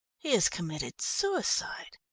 he has committed suicide!